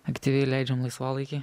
aktyviai leidžiam laisvalaikį